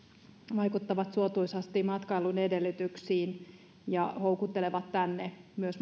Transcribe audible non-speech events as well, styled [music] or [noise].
vaikuttavat suotuisasti matkailun edellytyksiin ja houkuttelevat tänne mahdollisesti myös [unintelligible]